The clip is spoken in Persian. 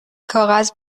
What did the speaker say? کاغذ